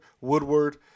Woodward